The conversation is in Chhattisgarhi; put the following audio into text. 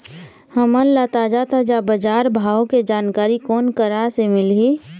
हमन ला ताजा ताजा बजार भाव के जानकारी कोन करा से मिलही?